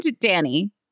Danny